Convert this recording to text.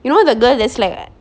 you know the girl that's like